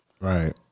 right